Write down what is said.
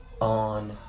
on